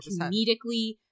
comedically